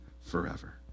forever